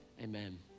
amen